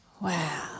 Wow